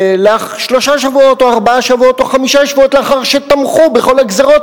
ושלושה שבועות או ארבעה שבועות או חמישה שבועות לאחר שתמכו בכל הגזירות